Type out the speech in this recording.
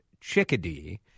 chickadee